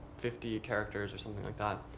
fifty yeah characters or something like that.